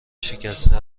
شکسته